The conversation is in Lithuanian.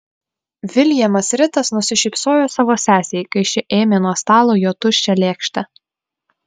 viljamas ritas nusišypsojo savo sesei kai ši ėmė nuo stalo jo tuščią lėkštę